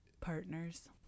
partners